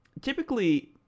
Typically